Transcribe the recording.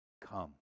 come